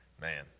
man